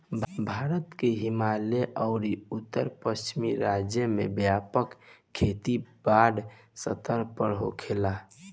भारत के हिमालयी अउरी उत्तर पश्चिम राज्य में व्यापक खेती बड़ स्तर पर होखेला